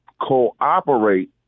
cooperate